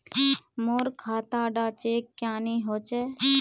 मोर खाता डा चेक क्यानी होचए?